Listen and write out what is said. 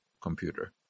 Computer